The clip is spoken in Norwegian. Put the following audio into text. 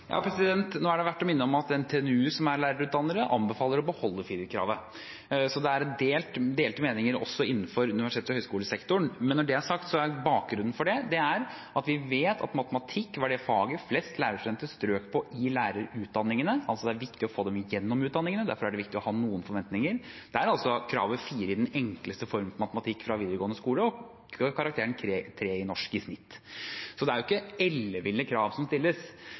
Nå er det verdt å minne om at NTNU, som er lærerutdanner, anbefaler å beholde firerkravet, så det er delte meninger også innenfor universitets- og høyskolesektoren. Men når det er sagt, er bakgrunnen for det at vi vet at matematikk er det faget flest lærerstudenter strøk på i lærerutdanningene. Det er viktig å få dem igjennom utdanningene, derfor er det viktig å ha noen forventninger. Det er altså karakterkravet 4 i den enkleste formen for matematikk fra videregående skole og karakteren 3 i norsk i snitt. Så det er jo ikke elleville krav som stilles.